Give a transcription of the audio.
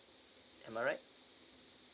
am I right